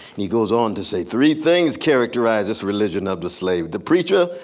he goes on to say, three things characterize this religion of the slave the preacher,